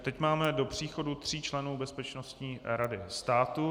Teď máme do příchodu tří členů Bezpečnostní rady státu.